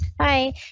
Hi